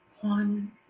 one